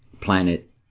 planet